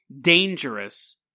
dangerous